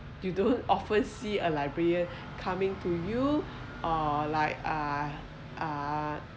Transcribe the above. you don't often see a library librarian coming to you or like uh uh uh